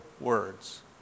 words